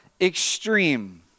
extreme